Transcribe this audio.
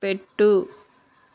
పెట్టు